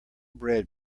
bred